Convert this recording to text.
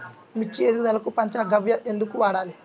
మిర్చి ఎదుగుదలకు పంచ గవ్య ఎందుకు వాడాలి?